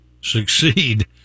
succeed